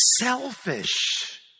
selfish